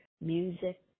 music